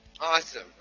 Awesome